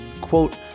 quote